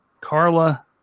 Carla